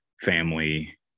family